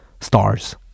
Stars